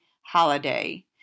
holiday